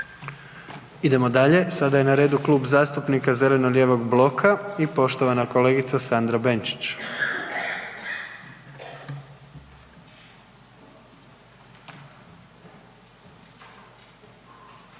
Idemo dalje, sada je na redu Klub zastupnika zeleno-lijevog bloka i poštovana kolegica Sandra Benčić.